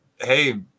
hey